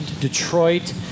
Detroit